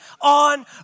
on